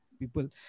people